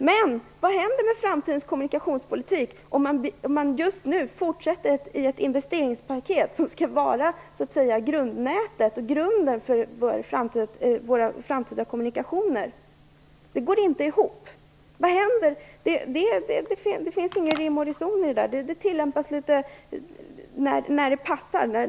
Men vad händer med framtidens kommunikationspolitik om man just nu fortsätter med ett investeringspaket som skall vara grunden för våra framtida kommunikationer? Det går inte ihop. Det finns ingen rim och reson i det. Resonemanget tillämpas när det passar.